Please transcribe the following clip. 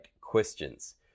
questions